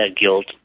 guilt